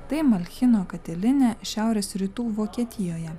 tai malšino katilinę šiaurės rytų vokietijoje